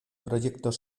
proyectos